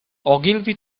ogilvy